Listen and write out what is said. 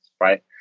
Right